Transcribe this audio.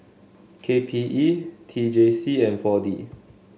K P E T J C and four D